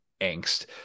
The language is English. angst